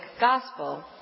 gospel